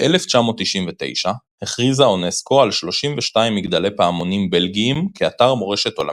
ב-1999 הכריזה אונסק"ו על 32 מגדלי פעמונים בלגיים כאתר מורשת עולמית.